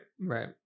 right